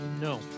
No